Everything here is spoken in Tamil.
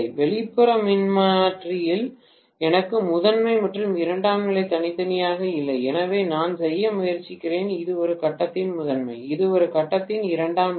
வெளிப்புற மின்மாற்றியில் எனக்கு முதன்மை மற்றும் இரண்டாம் நிலை தனித்தனியாக இல்லை எனவே நான் செய்ய முயற்சிக்கிறேன் இது ஒரு கட்டத்தின் முதன்மை இது ஒரு கட்டத்தின் இரண்டாம் நிலை